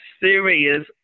serious